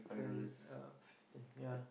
five yeah fifty cent yeah